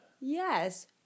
Yes